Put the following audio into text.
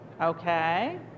Okay